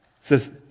says